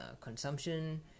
consumption